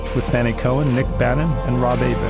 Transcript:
with fannie cohen, nic bannon, and rob hebert.